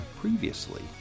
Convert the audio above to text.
previously